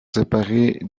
séparées